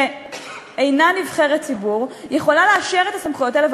שאינה נבחרת ציבור, יכולה לאשר את הסמכויות האלה.